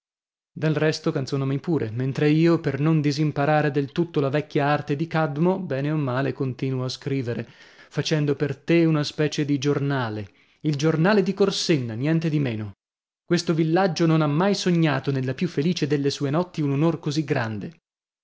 del resto canzonami pure mentre io per non disimparare del tutto la vecchia arte di cadmo bene o male continuo a scrivere facendo per te una specie di giornale il giornale di corsenna niente di meno questo villaggio non ha mai sognato nella più felice delle sue notti un onor così grande